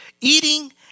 eating